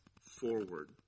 forward